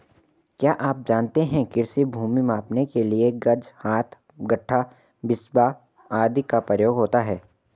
क्या आप जानते है कृषि भूमि नापने के लिए गज, हाथ, गट्ठा, बिस्बा आदि का प्रयोग होता है?